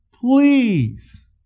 please